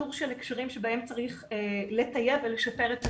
לאיתור של הקשרים שבהם צריך לטייב ולשפר את הקיים,